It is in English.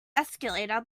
escalator